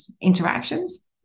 interactions